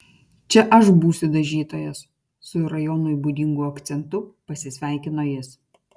čia aš būsiu dažytojas su rajonui būdingu akcentu pasisveikino jis